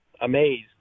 amazed